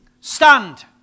stand